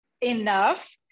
enough